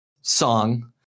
song